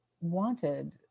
wanted